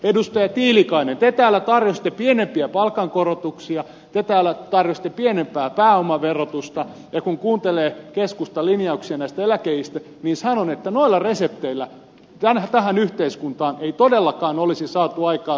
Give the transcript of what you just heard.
edustaja tiilikainen te täällä tarjositte pienempiä palkankorotuksia te täällä tarjositte pienempää pääomaverotusta ja kun kuuntelee keskustan linjauksia näistä eläkeiistä niin sanon että noilla resepteillä tähän yhteiskuntaan ei todellakaan olisi saatu aikaan sopimuksen sopimusta